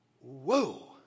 Whoa